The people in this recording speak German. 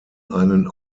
einen